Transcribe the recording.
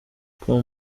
com